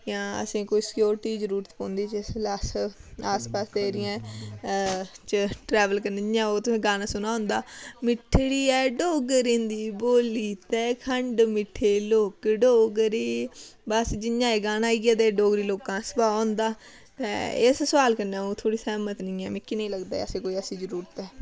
जां असेंई कोई सिक्योरिटी दी जरूरत पौंदी जिसलै अस आस पास दे एरियें च ट्रैवल करने जियां ओह् तुसें गाना सुने दा होंदा मिट्ठड़ी ऐ डोगरें दी बोली ते खंड मिट्ठे लोक डोगरे बस जियां एह् गाना इ'यै देआ डोगरे लोकां सभाऽ होंदा ते इस सोआल कन्नै आ'ऊं थोह्ड़ी सैह्मत नी ऐ मिकी नी लगदा असें कोई ऐसी जरूरत ऐ